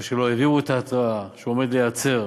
או שלא העבירו את ההתרעה שהוא עומד להיעצר,